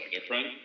different